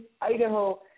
Idaho